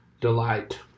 delight